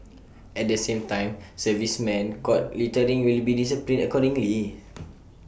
at the same time servicemen caught littering will be disciplined accordingly